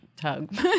tug